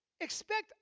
expect